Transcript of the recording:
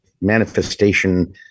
manifestation